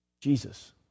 Jesus